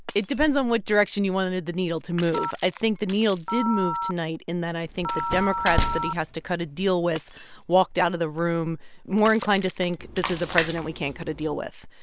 it depends on what direction you wanted the needle to move. i think the needle did move tonight in that, i think, the democrats that he has to cut a deal with walked out of the room more inclined to think, this is a president we can't cut a deal with.